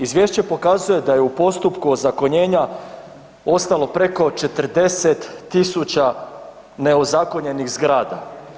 Izvješće pokazuje da je u postupku ozakonjenja ostalo preko 40.000 neozakonjenih zgrada.